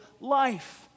life